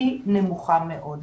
היא נמוכה מאוד.